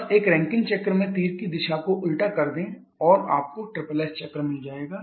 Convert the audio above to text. बस एक रैंकिन चक्र में तीर की दिशा को उल्टा करें और आपको एसएसएस चक्र मिल जाएगा